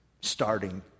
starting